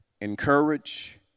encourage